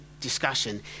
discussion